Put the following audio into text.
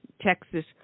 Texas